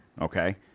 Okay